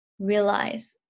realize